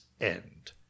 end